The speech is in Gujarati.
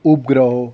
ઉપગ્રહો